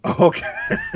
Okay